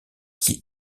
qui